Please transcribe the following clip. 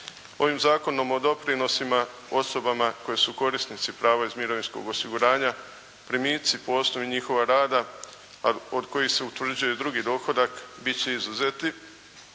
Ovim zakonom o doprinosima osobama koje su korisnici prava iz mirovinskog osiguranja primici po osnovi njihova rada, a od kojih se utvrđuje i drugi dohodak biti će izuzeti